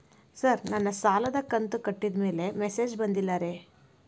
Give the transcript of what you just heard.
sir ನನ್ನ ಸಾಲದ ಕಂತು ಕಟ್ಟಿದಮೇಲೆ ಮೆಸೇಜ್ ಬಂದಿಲ್ಲ ರೇ